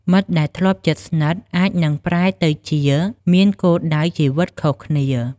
មិត្តដែលធ្លាប់ជិតស្និទ្ធអាចនឹងប្រែទៅជាមានគោលដៅជីវិតខុសគ្នា។